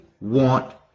want